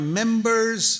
members